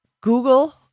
Google